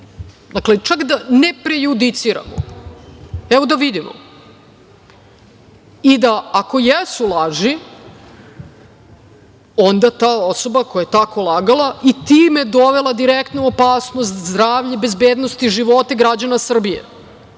nisu. Čak, da ne prejudiciramo, evo da vidimo i da, ako jesu laži, onda ta osoba koja je tako lagala, i time dovela direktno u opasnost zdravlje, bezbednost i živote građana Srbije,